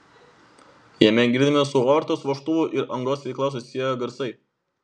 jame girdimi su aortos vožtuvo ir angos veikla susiję garsai